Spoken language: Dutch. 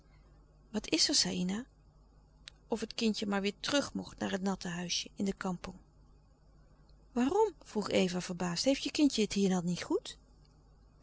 wat is er saïna of het kindje maar weêr terug mocht naar het natte huisje in de kampong waarom vroeg eva verbaasd heeft je kindje het hier dan niet goed